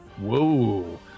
whoa